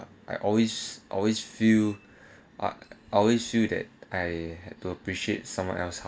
I always always feel ah always feel that I had to appreciate someone else lah